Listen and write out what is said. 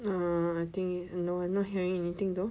err no I think no I not hearing anything though